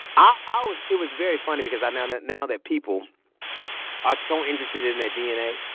i always it was very funny because i now that now that people are so interested in their dna.